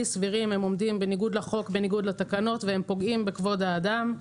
סבירים עומדים בניגוד לחוק ובניגוד לתקנות ופוגעים בכבוד האדם.